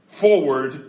forward